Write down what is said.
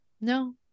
no